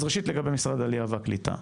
אז ראשית לגבי משרד העלייה והקליטה,